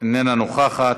איננה נוכחת,